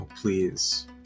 please